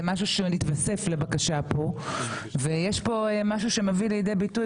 זה התווסף לבקשה ויש פה משהו שבאמת מביא לידי ביטוי